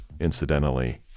incidentally